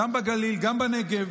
וגם בגליל ובנגב,